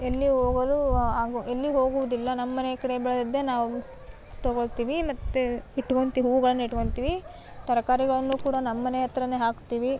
ಎಲ್ಲಿ ಹೋಗಲು ಹಾಗೂ ಎಲ್ಲಿ ಹೋಗುವುದಿಲ್ಲ ನಮ್ಮನೆ ಕಡೆ ಬೆಳೆದಿದ್ದೆ ನಾವು ತಗೊಳ್ತೀವಿ ಮತ್ತು ಇಟ್ಕೊಂತಿ ಹೂಗಳನ್ನು ಇಟ್ಕೊಳ್ತೀವಿ ತರಕಾರಿಗಳನ್ನು ಕೂಡ ನಮ್ಮನೆ ಹತ್ರನೇ ಹಾಕ್ತೀವಿ